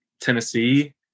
Tennessee